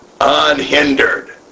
unhindered